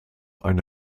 eine